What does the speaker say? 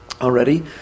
already